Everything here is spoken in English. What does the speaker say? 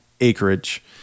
acreage